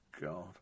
god